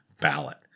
ballot